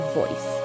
voice